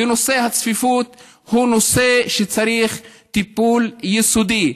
ונושא הצפיפות הוא נושא שמצריך טיפול יסודי.